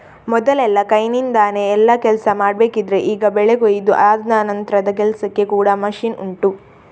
ಮೊದಲೆಲ್ಲ ಕೈನಿಂದಾನೆ ಎಲ್ಲಾ ಕೆಲ್ಸ ಮಾಡ್ಬೇಕಿದ್ರೆ ಈಗ ಬೆಳೆ ಕೊಯಿದು ಆದ ನಂತ್ರದ ಕೆಲ್ಸಕ್ಕೆ ಕೂಡಾ ಮಷೀನ್ ಉಂಟು